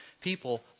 people